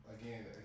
Again